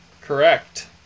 Correct